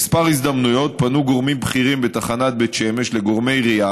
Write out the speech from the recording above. בכמה הזדמנויות פנו גורמים בכירים בתחנת בית שמש לגורמי עירייה